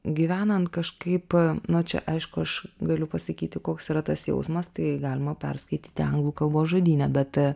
gyvenant kažkaip na čia aišku aš galiu pasakyti koks yra tas jausmas tai galima perskaityti anglų kalbos žodyne bet